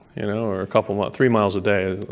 you know or a couple of three miles a day.